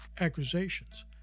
accusations